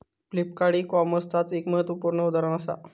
Flipkart e कॉमर्सचाच एक महत्वपूर्ण उदाहरण असा